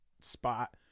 spot